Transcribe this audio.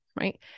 right